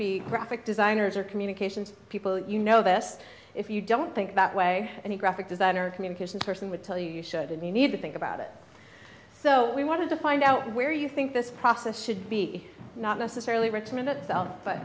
be graphic designers or communications people you know this if you don't think about way any graphic design or communications person would tell you you should and you need to think about it so we want to find out where you think this process should be not necessarily recommend itself but